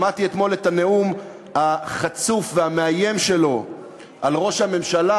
שמעתי אתמול את הנאום החצוף והמאיים שלו על ראש הממשלה,